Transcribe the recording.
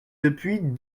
depuis